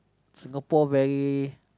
Singapore very